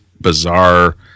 bizarre